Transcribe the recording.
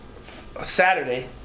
Saturday